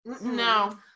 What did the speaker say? No